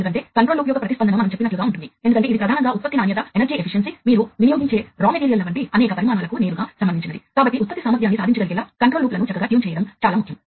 అందువల్ల సాఫ్ట్వేర్ ను ఉపయోగించడం ద్వారా మీరు సమర్థవంతమైన మరియు నమ్మదగిన ఉత్పత్తి కోసం మరింత తెలివైన సమన్వయాన్న కలిగి ఉండ వచ్చు